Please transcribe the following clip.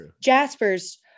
Jaspers